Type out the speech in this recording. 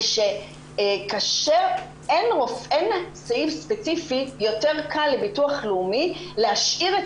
אין סעיף ספציפי יותר קל לביטוח לאומי להשאיר את